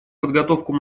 подготовку